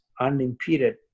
unimpeded